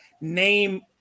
name